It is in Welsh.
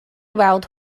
weld